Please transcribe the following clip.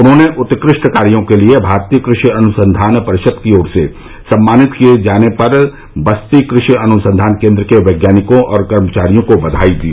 उन्होंने उत्कृष्ट कार्यो के लिए भारतीय कृषि अनुसंधान परिषद की ओर से सम्मानित किए जाने पर बस्ती कृषि अनुसंधान केंद्र के वैज्ञानिकों और कर्मचारियों को बधाई दी